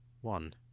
One